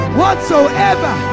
whatsoever